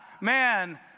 man